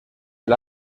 del